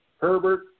Herbert